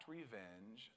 revenge